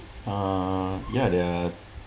uh ya they're